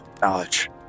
knowledge